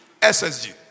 ssg